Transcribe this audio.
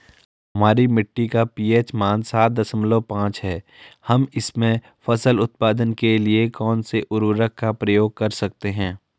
हमारी मिट्टी का पी.एच मान सात दशमलव पांच है हम इसमें फसल उत्पादन के लिए कौन से उर्वरक का प्रयोग कर सकते हैं?